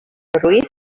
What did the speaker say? ruiz